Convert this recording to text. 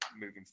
moving